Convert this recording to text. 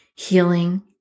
healing